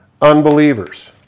unbelievers